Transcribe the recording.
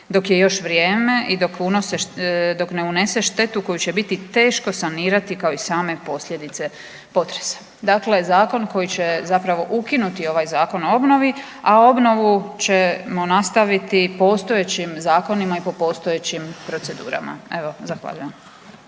dok je još vrijeme i dok ne unose štetu koju će biti teško sanirati kao i same posljedice potresa. Dakle, zakon koji će zapravo ukinuti ovaj Zakon o obnovi, a obnovu ćemo nastaviti postojećim zakonima i po postojećim procedurama. Evo zahvaljujem.